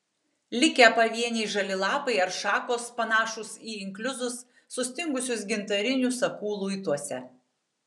likę pavieniai žali lapai ar šakos panašūs į inkliuzus sustingusius gintarinių sakų luituose